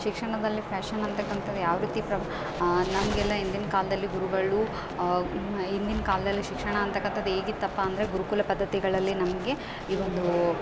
ಶಿಕ್ಷಣದಲ್ಲಿ ಫ್ಯಾಷನ್ ಅಂತಕ್ಕಂಥದ್ ಯಾವರೀತಿ ಪ್ರಭ ನಮಗೆಲ್ಲ ಇಂದಿನ ಕಾಲ್ದಲ್ಲಿ ಗುರುಗಳು ಇಂದಿನ ಕಾಲ್ದಲ್ಲಿ ಶಿಕ್ಷಣ ಅಂತಕ್ಕಂಥದ್ ಹೇಗಿತಪ್ಪ ಅಂದರೆ ಗುರುಕುಲ ಪದ್ಧತಿಗಳಲ್ಲಿ ನಮಗೆ ಇದೊಂದು